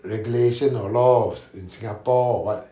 regulation or laws in singapore or what